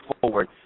forward